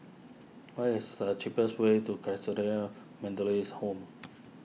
what is the cheapest way to Methodist Home